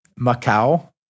Macau